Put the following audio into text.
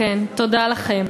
תודה לכם.